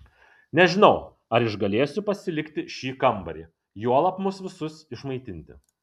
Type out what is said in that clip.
nežinau ar išgalėsiu pasilikti šį kambarį juolab mus visus išmaitinti